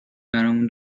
برامون